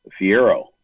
Fiero